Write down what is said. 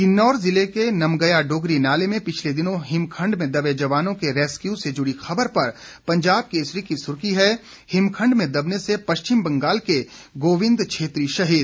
किन्नौर जिले के नमग्या डोगरी नाले में पिछले दिनों हिमखंड में दबे जवानों के रैस्क्यू से जुड़ी खबर पर पंजाब केसरी की सुर्खी है हिमखंड में दबने से पश्चिम बंगाल के गाबिंद छेत्री शहीद